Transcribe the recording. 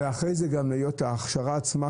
ואחרי כן גם לעבור את ההכשרה עצמה,